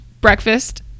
breakfast